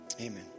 Amen